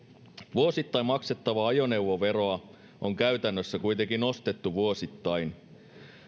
vuosittain maksettavaa ajoneuvoveroa on käytännössä kuitenkin nostettu vuosittain